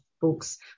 books